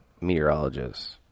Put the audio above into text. meteorologist